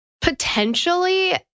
potentially